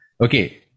okay